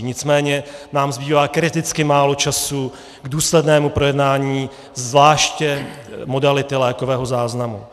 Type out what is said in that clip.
Nicméně nám zbývá kriticky málo času k důslednému projednání zvláště modality lékového záznamu.